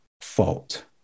fault